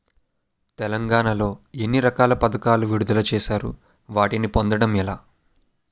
తెలంగాణ లో ఎన్ని రకాల పథకాలను విడుదల చేశారు? వాటిని పొందడం ఎలా?